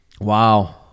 wow